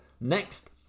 Next